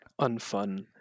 unfun